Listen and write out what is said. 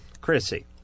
Chrissy